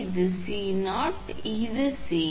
இது 𝐶0 இது 𝐶0 சரி